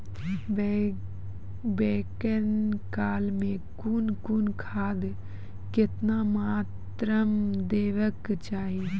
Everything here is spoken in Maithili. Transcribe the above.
बौगक काल मे कून कून खाद केतबा मात्राम देबाक चाही?